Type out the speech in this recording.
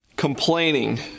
Complaining